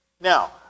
Now